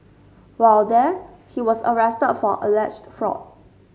while there he was arrested for alleged fraud